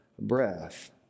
breath